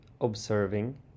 observing